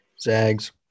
Zags